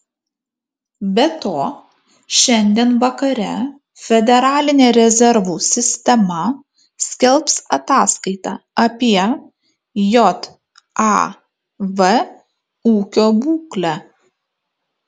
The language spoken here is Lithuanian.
be to šiandien vakare federalinė rezervų sistema skelbs ataskaitą apie jav ūkio būklę